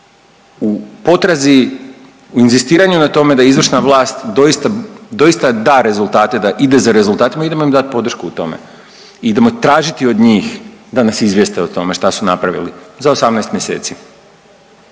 u potrazi, u inzistiranju na tome da izvršna vlast doista, doista da rezultate, da ide za rezultatima, idemo im dat podršku u tome, idemo tražiti od njih da nas izvijeste o tome šta su napravili za 18 mjeseci.